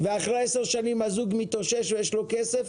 לאחר עשר שנים, כשהזוג מתאושש ויש לו כסף,